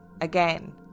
Again